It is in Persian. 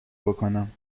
بکنم